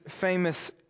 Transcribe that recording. famous